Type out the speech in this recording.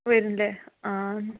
വരും അല്ലെ ആ